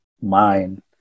mind